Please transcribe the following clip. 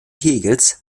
hegels